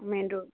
main road